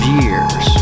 years